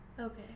Okay